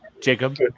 Jacob